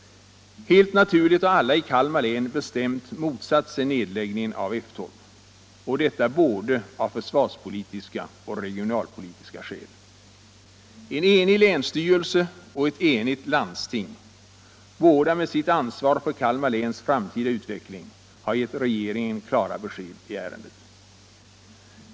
Helt naturligt har alla i Kalmar län bestämt motsatt sig nedläggningen av F12 — detta både av försvarspolitiska och regionalpolitiska skäl. En enig länsstyrelse och ett enigt landsting, båda med sitt ansvar för Kalmar läns framtida utveckling, har gett regeringen klara besked i ärendet.